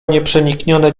nieprzeniknione